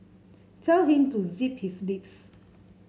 tell him to zip his lips